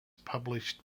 published